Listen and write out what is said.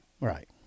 Right